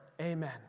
Amen